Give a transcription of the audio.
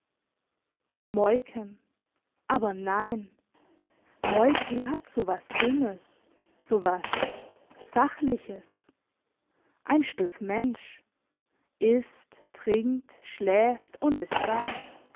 moiken aber nein moiken hat so was dummes so was sachliches ein stück mensch isst trinkt schläft und ist da